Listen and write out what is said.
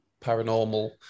paranormal